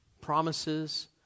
promises